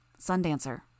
Sundancer